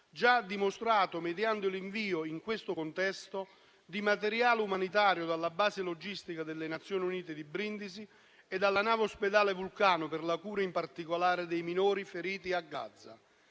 già dimostrato mediante l'invio in questo contesto di materiale umanitario dalla base logistica delle Nazioni Unite di Brindisi e dalla nave ospedale "Vulcano", per la cura in particolare dei minori feriti a Gaza.